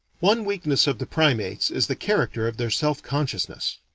one weakness of the primates is the character of their self-consciousness.